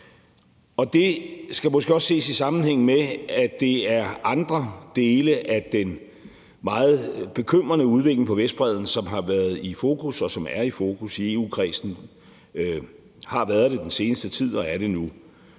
Det skal måske også ses i sammenhæng med, at det er andre dele af den meget bekymrende udvikling på Vestbredden, som har været i fokus, og som er i fokus i EU-kredsen. Det har det været den seneste tid, og det er det nu.